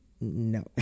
No